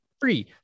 free